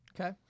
Okay